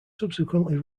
subsequently